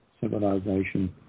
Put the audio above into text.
civilization